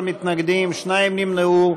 בעד, 56, 11 מתנגדים, שניים נמנעו.